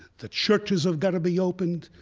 the churches have got to be opened,